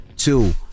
two